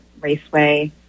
Raceway